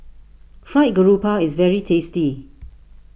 Fried Garoupa is very tasty